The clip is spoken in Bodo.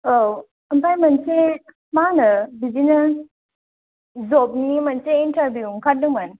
औ ओमफाय मोनसे मा होनो बिदिनो जबनि मोनसे इनटारभिउ ओंखारदोंमोन